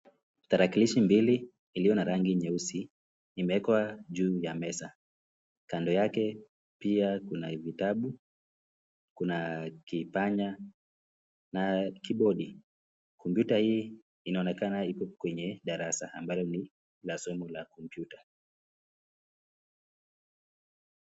Tarakilishi mbili iliyo na rangi nyeusi imeekwa juu ya meza. Kando yake pia kuna vitabu, kuna kipanya na kibodi. Kompyuta hii inaonekana iko kwenye darasa ambalo ni la somo la kompyuta.